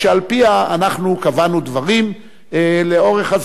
ושעל-פיה אנחנו קבענו דברים לאורך הזמן.